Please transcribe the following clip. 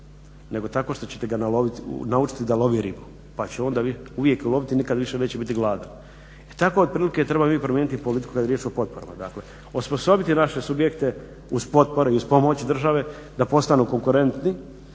nego tako što ćete ga naučiti da lovi ribu pa će onda uvijek loviti i nikad više neće biti gladan. I tako otprilike trebamo mi primijeniti politiku kad je riječ o potporama. Dakle, osposobiti naše subjekte uz potpore i uz pomoć države da postanu konkurentni